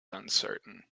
uncertain